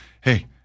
hey